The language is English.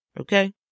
okay